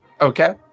Okay